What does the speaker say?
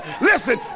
Listen